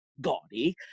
gaudy